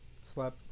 slap